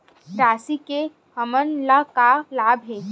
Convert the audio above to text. राशि से हमन ला का लाभ हे?